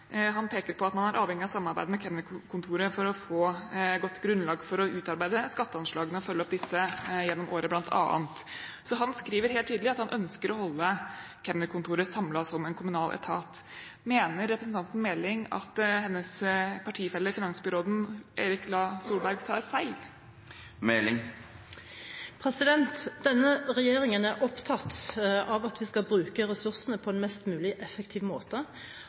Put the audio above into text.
Han peker på at man er avhengig av samarbeid med Kemnerkontoret for å få et godt grunnlag for å utarbeide skatteanslagene og følge opp disse gjennom året. Så han skriver helt tydelig at han ønsker å holde Kemnerkontoret samlet som en kommunal etat. Mener representanten Meling at hennes partifelle, finansbyråden Eirik Lae Solberg, tar feil? Denne regjeringen er opptatt av at vi skal bruke ressursene på en mest mulig effektiv måte